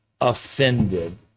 offended